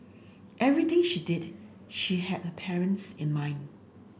everything she did she had her parents in mind